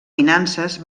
finances